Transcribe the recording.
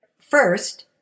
First